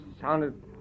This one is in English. Sounded